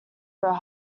were